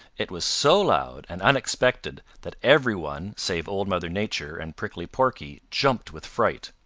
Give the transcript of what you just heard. it was so loud and unexpected that every one save old mother nature and prickly porky jumped with fright.